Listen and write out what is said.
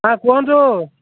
ହଁ କୁହନ୍ତୁ